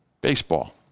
Baseball